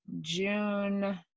June